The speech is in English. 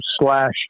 slash